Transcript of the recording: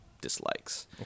dislikes